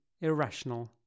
irrational